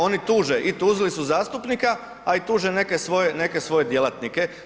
Oni tuže i tužili su zastupnika a i tuže neke svoje djelatnike.